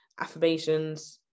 affirmations